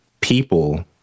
people